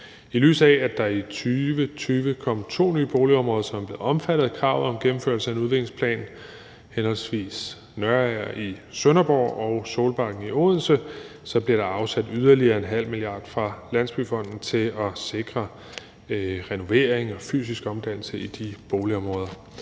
I lyset af at der i 2020 kom to nye boligområder, som er omfattet af kravet om gennemførelse af en udviklingsplan, henholdsvis Nørager i Sønderborg og Solbakken i Odense, bliver der afsat yderligere en halv milliard kroner fra Landsbyggefonden til at sikre renovering og fysisk omdannelse i de boligområder.